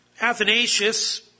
Athanasius